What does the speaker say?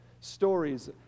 stories